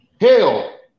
Hell